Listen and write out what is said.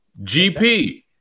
GP